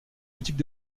boutique